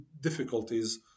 difficulties